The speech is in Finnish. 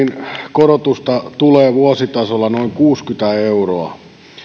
korotusta tulee vuositasolla noin kuusikymmentä euroa